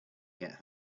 get